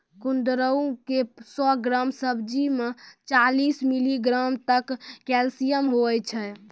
कुंदरू के सौ ग्राम सब्जी मे चालीस मिलीग्राम तक कैल्शियम हुवै छै